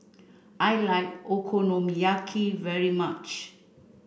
I like Okonomiyaki very much